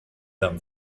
them